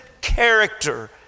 character